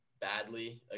badly